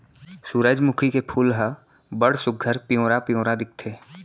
सुरूजमुखी के फूल ह बड़ सुग्घर पिंवरा पिंवरा दिखथे